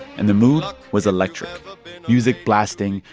and the mood was electric music blasting,